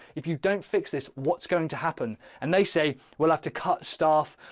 if you don't fix this, what's going to happen? and they say, we'll have to cut staff,